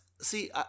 see